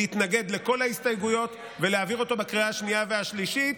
להתנגד לכל ההסתייגויות ולהעביר אותו בקריאה השנייה והשלישית,